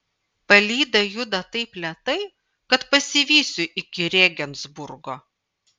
palyda juda taip lėtai kad pasivysiu iki rėgensburgo